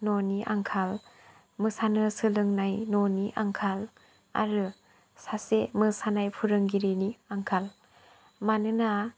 न'नि आंखाल मोसानो सोलोंनाय न'नि आंखाल आरो सासे मोसानाय फोरोंगिरिनि आंखाल मानोना